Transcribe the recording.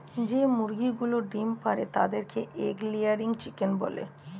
যে মুরগিগুলো ডিম পাড়ে তাদের এগ লেয়িং চিকেন বলে